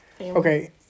Okay